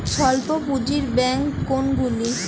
স্বল্প পুজিঁর ব্যাঙ্ক কোনগুলি?